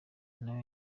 nayo